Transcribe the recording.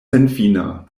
senfina